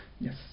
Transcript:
Yes